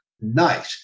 night